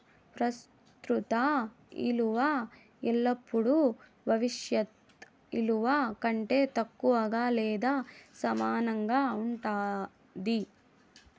ప్రస్తుత ఇలువ ఎల్లపుడూ భవిష్యత్ ఇలువ కంటే తక్కువగా లేదా సమానంగా ఉండాది